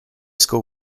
school